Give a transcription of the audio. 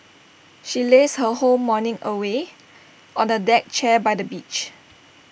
she lazed her whole morning away on A deck chair by the beach